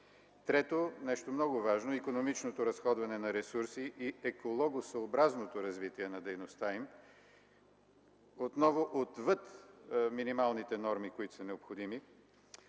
Трето – нещо много важно, икономичното изразходване на ресурси и екологосъобразното развитие на дейността им отново отвъд минималните необходими